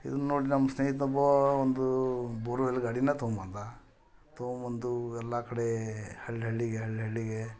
ಇದನ್ನು ನೋಡಿ ನಮ್ಮ ಸ್ನೇಹಿತ ಒಬ್ಬ ಒಂದು ಬೋರ್ವೆಲ್ ಗಾಡಿನ ತೊಗೊಂಬಂದ ತಗೊಂಬಂದು ಎಲ್ಲ ಕಡೆ ಹಳ್ಳಿ ಹಳ್ಳಿಗೆ ಹಳ್ಳಿ ಹಳ್ಳಿಗೆ